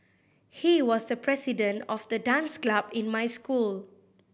he was the president of the dance club in my school